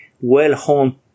well-honed